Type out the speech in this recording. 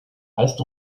heißt